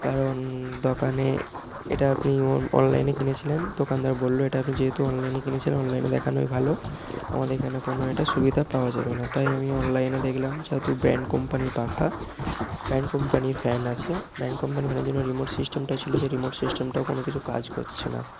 কারণ দোকানে এটা আপনি অনলাইনে কিনেছিলেন দোকানদার বলল এটা আপনি যেহেতু অনলাইনে কিনেছিলেন অনলাইনে দেখানোই ভালো আমাদের এখানে কোনো এটার সুবিধা পাওয়া যাবে না তাই আমি অনলাইনে দেখলাম যেহেতু ব্র্যান্ড কোম্পানির পাখা ব্র্যান্ড কোম্পানির ফ্যান আছে ব্র্যান্ড কোম্পানির ফ্যানের জন্য রিমোট সিস্টেমটা ছিল সেই রিমোট সিস্টেমটা কোনো কিছু কাজ করছে না